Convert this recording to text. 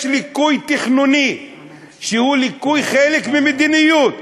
יש ליקוי תכנוני שהוא חלק ממדיניות,